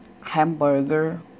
hamburger